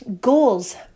goals